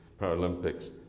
Paralympics